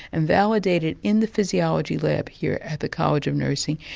and validate it in the physiology lab here at the college of nursing.